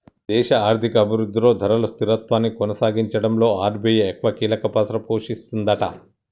దేశ ఆర్థిక అభివృద్ధిలో ధరలు స్థిరత్వాన్ని కొనసాగించడంలో ఆర్.బి.ఐ ఎక్కువ కీలక పాత్ర పోషిస్తదట